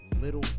Little